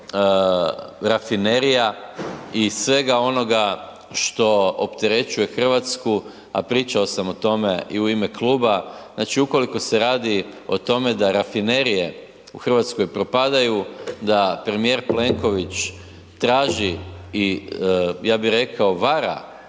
rafinerija i svega onoga što opterećuje Hrvatsku, a pričao sam o tome i u ime kluba. Znači ukoliko se radi o tome da rafinerije u Hrvatskoj propadaju, da premijer Plenković traži i ja bih rekao, vara